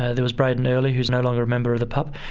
ah there was braedon earley, who's no longer a member of the pup,